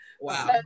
wow